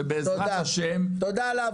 ובעזרת השם --- תודה.